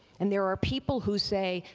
and there are people who say,